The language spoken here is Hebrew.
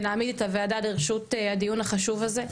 ונעמיד את הוועדה לרשות הדיון החשוב הזה.